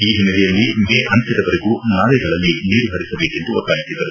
ಈ ಹಿನ್ನೆಲೆಯಲ್ಲಿ ಮೇ ಅಂತ್ಯದವರೆಗೂ ನಾಲೆಗಳಲ್ಲಿ ನೀರು ಹರಿಸಬೇಕೆಂದು ಒತ್ತಾಯಿಸಿದರು